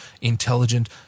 intelligent